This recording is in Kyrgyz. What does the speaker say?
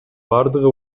бардыгы